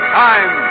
time